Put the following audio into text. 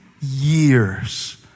years